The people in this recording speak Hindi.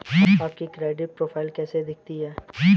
आपकी क्रेडिट प्रोफ़ाइल कैसी दिखती है?